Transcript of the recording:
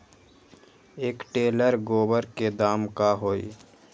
एक टेलर गोबर के दाम का होई?